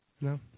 No